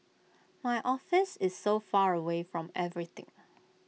my office is so far away from everything